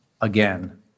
again